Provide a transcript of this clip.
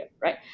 right